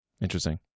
interesting